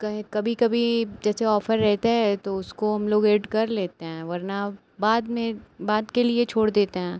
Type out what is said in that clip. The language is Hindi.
कहीं कभी कभी जैसे ऑफ़र रहता है तो उसको हम लोग एड कर लेते हैं वरना बाद में बाद के लिए छोड़ देते हैं